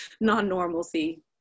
non-normalcy